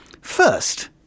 First